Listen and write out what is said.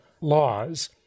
laws